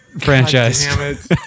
franchise